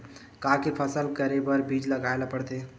का के फसल करे बर बीज लगाए ला पड़थे?